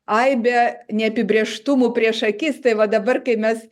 aibė neapibrėžtumų prieš akis tai va dabar kai mes